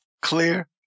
clear